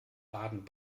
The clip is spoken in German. baden